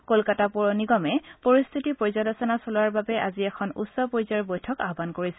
ক'লকাতা পৌৰনিগমে পৰিশ্বিতিৰ পৰ্যালোচনা চলাবৰ বাবে আজি এখন উচ্চ পৰ্যায়ৰ বৈঠক আহান কৰিছে